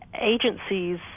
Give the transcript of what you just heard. agencies